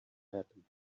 happen